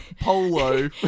polo